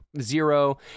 Zero